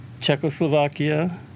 Czechoslovakia